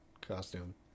costume